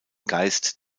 geist